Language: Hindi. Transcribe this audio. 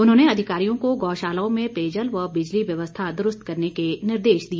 उन्होंने अधिकारियों को गौशालाओं में पेयजल व बिजली व्यवस्था दुरूस्थ करने के निर्देश दिए